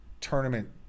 tournament